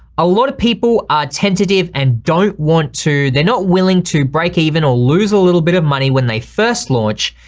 a lot of people are tentative, and don't want to. they're not willing to break even or lose a little bit of money when they first launch,